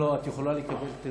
לא, לא, את יכולה לקבל תרגום.